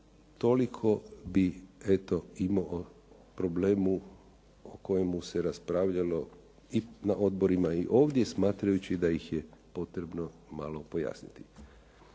Toliko bih eto imao o problemu o kojemu se raspravljalo i na odborima i ovdje, smatrajući da ih je potrebno malo pojasniti.